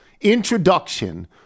introduction